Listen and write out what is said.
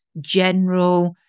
general